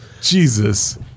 jesus